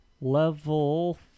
level